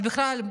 ובכלל,